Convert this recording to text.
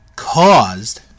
caused